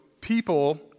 people